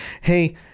hey